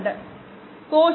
78 8